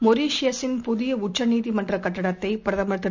மொரீஷியஸின் புதியஉச்சநீதிமன்றகட்டிடத்தைபிரதமர் திரு